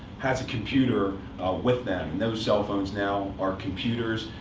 has a computer with them. and those cell phones, now, are computers.